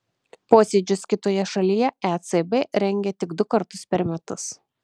posėdžius kitoje šalyje ecb rengia tik du kartus per metus